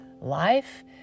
Life